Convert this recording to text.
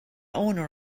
owner